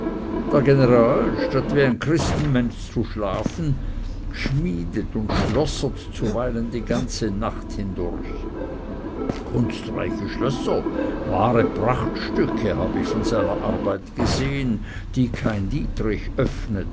der general statt wie ein christenmensch zu schlafen schmiedet und schlossert zuweilen die ganze nacht hindurch kunstreiche schlösser wahre prachtstücke hab ich von seiner arbeit gesehn die kein dietrich öffnet